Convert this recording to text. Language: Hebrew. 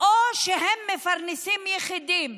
או שהם מפרנסים יחידים.